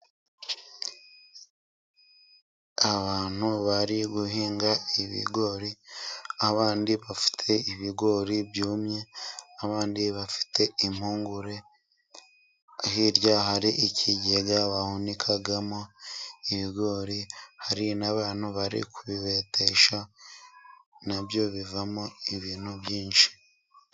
Abantu bari guhinga ibigori, abandi bafite ibigori byumye, abandi bafite impungure. Hirya hari ikigega bahunikamo ibigori. Hari n'abantu bari kubibetesha. Na byo bivamo ibintu byinshi.